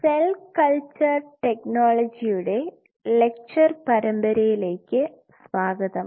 cell culture technology യുടെ lecture പരമ്പരയിലേക്ക് സ്വാഗതം